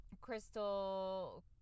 crystal